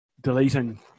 deleting